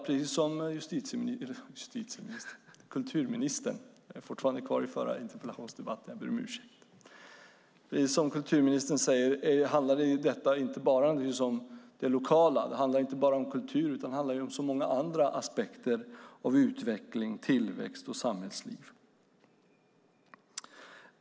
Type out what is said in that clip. Precis som kulturministern säger handlar detta naturligtvis inte bara om det lokala. Det handlar inte bara om kultur, utan det handlar om många andra aspekter av utveckling, tillväxt och samhällsliv.